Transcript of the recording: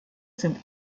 sind